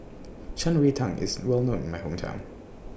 Shan Rui Tang IS Well known in My Hometown